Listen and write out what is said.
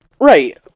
Right